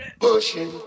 Pushing